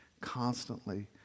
constantly